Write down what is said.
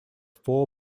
four